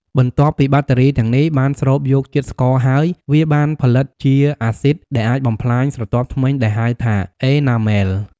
បន្ទាប់ពីបាក់តេរីទាំងនេះបានស្រូបយកជាតិស្ករហើយ វាបានផលិតជាអាស៊ីតដែលអាចបំផ្លាញស្រទាប់ធ្មេញដែលហៅថា អេណាមែល (Enamel)។